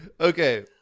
Okay